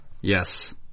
Yes